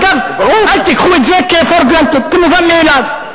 אגב, אל תיקחו את זה for granted, כמובן מאליו.